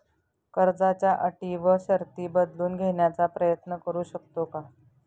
कर्जाच्या अटी व शर्ती बदलून घेण्याचा प्रयत्न करू शकतो का?